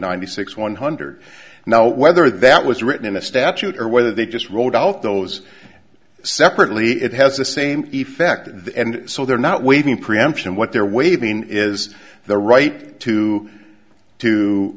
ninety six one hundred now whether that was written in the statute or whether they just rolled out those separately it has the same effect in the end so they're not waiving preemption what they're waving is the right to